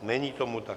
Není tomu tak.